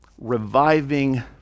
Reviving